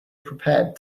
prepared